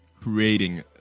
creating